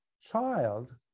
child